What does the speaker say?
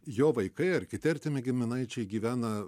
jo vaikai ar kiti artimi giminaičiai gyvena